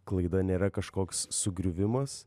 klaida nėra kažkoks sugriuvimas